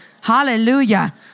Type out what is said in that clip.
Hallelujah